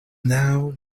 now